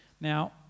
Now